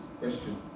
question